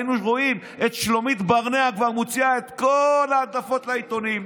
היינו רואים את שלומית ברנע כבר מוציאה את כל ההדלפות לעיתונים,